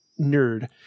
Nerd